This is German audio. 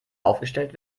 aufgestellt